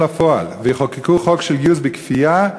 לפועל ויחוקקו חוק של גיוס בכפייה,